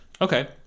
Okay